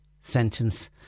sentence